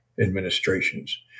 administrations